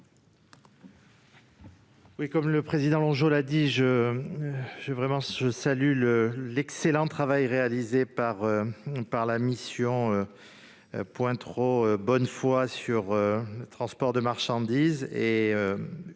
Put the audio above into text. ? Comme le président Longeot, je salue l'excellent travail réalisé par la mission Pointereau-Bonnefoy sur le transport de marchandises.